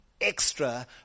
extra